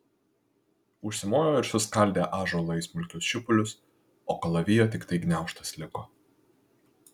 užsimojo ir suskaldė ąžuolą į smulkius šipulius o kalavijo tiktai gniaužtas liko